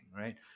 right